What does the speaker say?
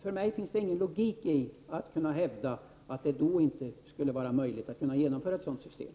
För mig finns det ingen logik i att hävda att det inte skulle vara möjligt att genomföra ett retroaktivt system.